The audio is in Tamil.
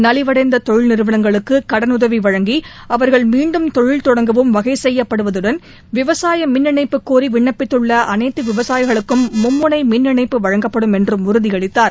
நலிவடைந்த தொழில் நிறுவனங்களுக்கு கடனுதவி வழங்கி அவர்கள் மீன்டும் தொழில் தொடங்கவும் செய்யப்படுவதுடன் விவசாய மின் இணைப்பு கோரி விண்ணப்பித்துள்ள வகை அனைத்து விவசாயிகளுக்கும் மும்முனை மின் இணைப்பு வழங்கப்படும் என்றும் உறுதியளித்தார்